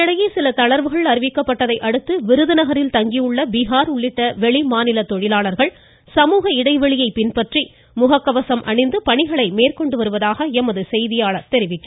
இதனிடையே சில தளர்வுகள் அறிவிக்கப்பட்டதையடுத்து விருதுநகரில் தங்கியுள்ள பீகார் உள்ளிட்ட வெளிமாநில தொழிலாளர்கள் சமூக இடைவெளியை பின்பற்றி முகக்கவசம் அணிந்து பணிகளை மேந்கொண்டு வருவதாக எமது செய்தியாளர் தெரிவிக்கிறார்